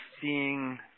seeing